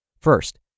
First